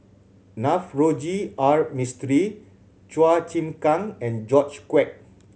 Navroji R Mistri Chua Chim Kang and George Quek